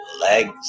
legs